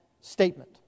statement